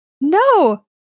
No